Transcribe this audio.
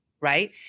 right